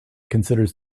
considers